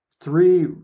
three